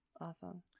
Awesome